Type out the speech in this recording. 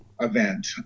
event